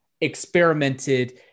experimented